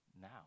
now